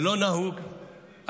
אדוני היושב-ראש,